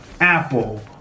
Apple